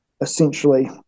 essentially